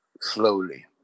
slowly